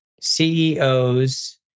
CEOs